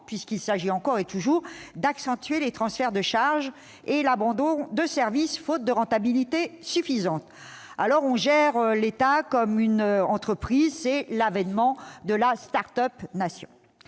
puisqu'il s'agit encore et toujours d'accentuer les transferts de charges et d'abandonner des services faute de rentabilité suffisante. On gère l'État comme une entreprise. Si seulement ! C'est l'avènement de la start-up nation.